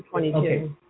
okay